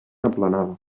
aplanada